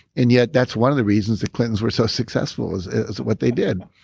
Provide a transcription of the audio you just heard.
and yet that's one of the reasons the clintons were so successful. it's it's what they did.